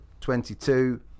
22